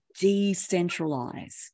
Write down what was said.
decentralize